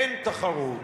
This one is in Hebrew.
אין תחרות,